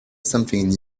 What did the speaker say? something